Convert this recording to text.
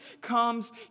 comes